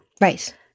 Right